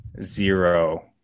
zero